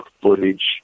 footage